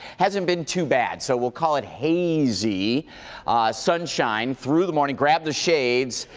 hasn't been too bad. so we'll call it hazy sunshine through the morning. grab the shades.